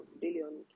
billion